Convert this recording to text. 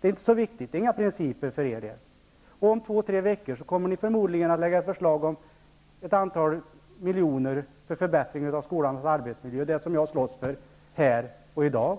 Det bryter enligt er inte mot några principer. Om två tre veckor kommer ni förmodligen att lägga fram förslag om ett antal miljoner till förbättring av skolans arbetsmiljö, något som jag slåss för här och nu.